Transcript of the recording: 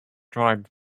dried